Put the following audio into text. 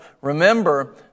Remember